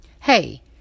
Hey